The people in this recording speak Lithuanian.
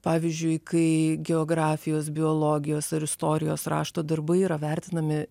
pavyzdžiui kai geografijos biologijos ar istorijos rašto darbai yra vertinami